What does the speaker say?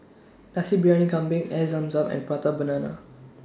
Nasi Briyani Kambing Air Zam Zam and Prata Banana